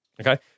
Okay